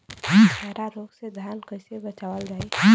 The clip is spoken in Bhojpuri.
खैरा रोग से धान कईसे बचावल जाई?